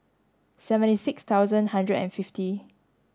seventy six thousand hundred and fifty